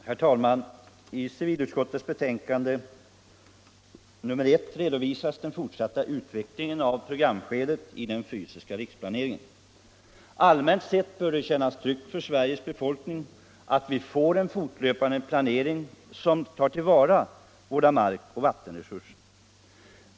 Herr talman! I civilutskottets betänkande nr 1 redovisas den fortsatta utvecklingen av programskedet i den fysiska riksplaneringen. Allmänt sett bör det för Sveriges befolkning kännas tryggt att vi får en fortlöpande planering som tar till vara våra markoch vattenresurser.